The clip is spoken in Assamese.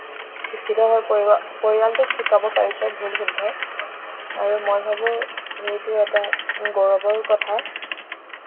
শিক্ষিত হৈ পৰিব পৰিয়ালটোক শিকাব পাৰিছে ভুল শুদ্ধ আৰু মই ভাবোঁ সেইটো এটা গৌৰৱৰ কথা